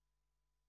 שלישי.